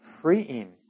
freeing